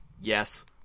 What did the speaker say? Yes